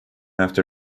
after